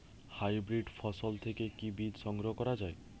Hybrid ফসল থেকে কি বীজ সংগ্রহ করা য়ায়?